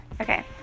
Okay